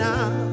Now